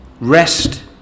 Rest